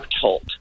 told